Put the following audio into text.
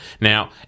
Now